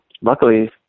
luckily